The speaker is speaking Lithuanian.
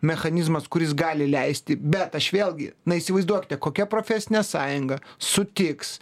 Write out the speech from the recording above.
mechanizmas kuris gali leisti bet aš vėlgi na įsivaizduokite kokia profesinė sąjunga sutiks